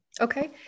Okay